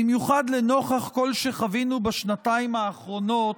במיוחד לנוכח כל מה שחווינו בשנתיים האחרונות,